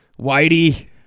whitey